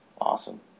Awesome